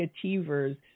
Achievers